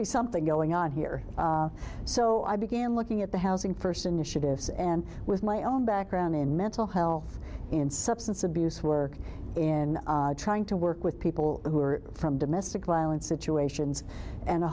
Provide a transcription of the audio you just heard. be something going on here so i began looking at the housing first initiatives and with my own background in mental health and substance abuse work and trying to work with people who are from domestic violence situations and